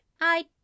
I